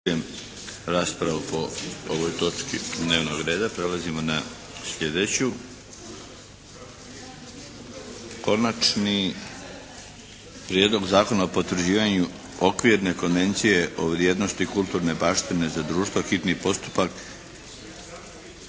**Milinović, Darko (HDZ)** Prelazimo na sljedeću. - Konačni prijedlog Zakona o potvrđivanju Okvirne konvencije o vrijednosti kulturne baštine za društvo, hitni postupak